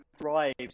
thrives